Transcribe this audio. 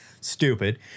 Stupid